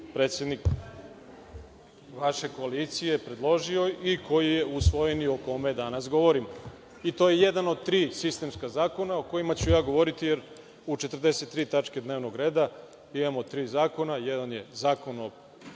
predsednik vaše koalicije predložio i koji je usvojen, a o kojem danas govorimo. To je jedan od tri sistemska zakona o kojima ću ja govoriti, jer u 43 tačke dnevnog reda imamo tri zakona. Jedan je zakon o